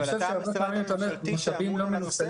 אבל אתה משרד ממשלתי שאמון על הנושא הזה.